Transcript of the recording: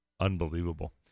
Unbelievable